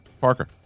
Parker